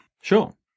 Sure